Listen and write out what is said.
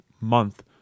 month